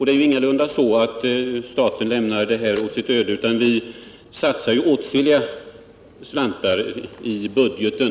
Det är ingalunda så att staten lämnar den här frågan åt sitt öde, utan man satsar åtskilligt i budgeten.